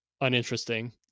uninteresting